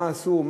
מה אסור,